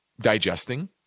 digesting